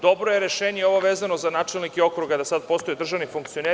Dobro je rešenje ovo vezano za načelnike okruga da sada postoje državni funkcioneri.